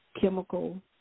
chemical